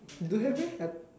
you don't have meh I